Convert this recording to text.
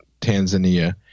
Tanzania